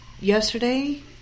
yesterday